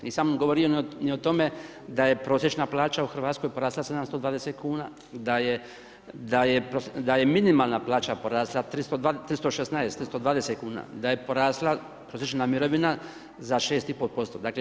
Nisam govorio ni o tome da je prosječna plaća u Hrvatskoj porasla 720 kn, da je minimalna plaća porasla 316, 320 kn, da je porasla prosječna mirovina za 6,5%